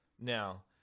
Now